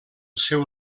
seu